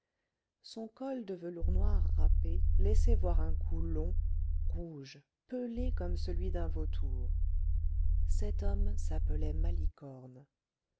son col de velours noir râpé laissait voir un cou long rouge pelé comme celui d'un vautour cet homme s'appelait malicorne